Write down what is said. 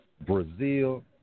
Brazil